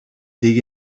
dig